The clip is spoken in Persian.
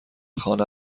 خانه